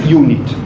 unit